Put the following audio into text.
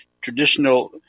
traditional